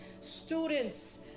students